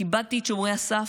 כיבדתי את שומרי הסף,